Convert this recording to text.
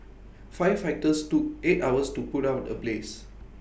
firefighters took eight hours to put out the blaze